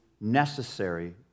necessary